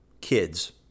kids